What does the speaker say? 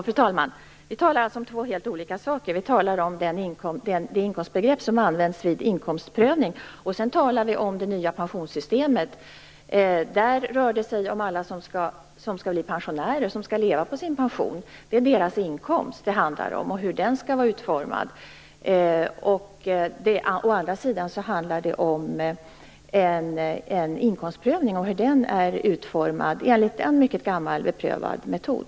Fru talman! Vi talar om två helt olika saker. Vi talar om det inkomstbegrepp som används vid inkomstprövning, och sedan talar vi om det nya pensionssystemet. I det fallet rör det sig om alla som skall bli pensionärer, som skall leva på sin pension. Det handlar om deras inkomst och om hur den skall vara utformad. Å andra sidan handlar det alltså om en inkomstprövning, som är utformad enligt en mycket gammal, beprövad metod.